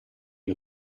gli